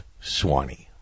Swanee